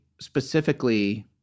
specifically